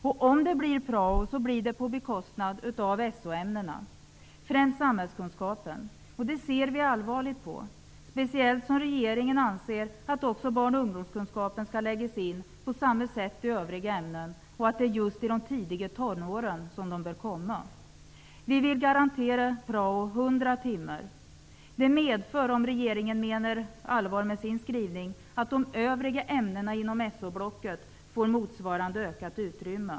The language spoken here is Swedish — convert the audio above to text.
Och om det blir någon prao blir det på bekostnad av soämnena, främst samhällskunskapen. Det ser vi allvarligt på, speciellt som regeringen anser att också barn och ungdomskunskapen skall läggas in på samma sätt i övriga ämnen, och att det är just i de tidiga tonåren den bör komma. Vi vill garantera 100 timmars prao. Det medför, om regeringen menar allvar med sin skrivning, att de övriga ämnena inom so-blocket får motsvarande ökat utrymme.